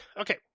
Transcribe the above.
okay